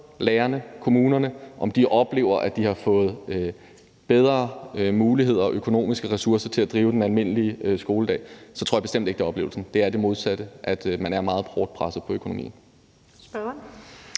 lærerne og kommunerne om de oplever, at de har fået bedre muligheder med økonomiske ressourcer til at drive den almindelige skoledag, så tror jeg bestemt ikke, det er oplevelsen. Det er det modsatte, altså at man er meget hårdt presset på økonomien.